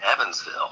Evansville